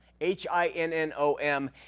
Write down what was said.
H-I-N-N-O-M